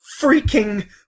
freaking